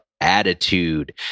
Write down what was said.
attitude